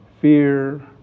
fear